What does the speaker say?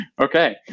okay